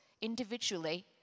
individually